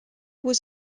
was